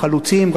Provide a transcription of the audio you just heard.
החלוצים",